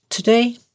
today